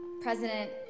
president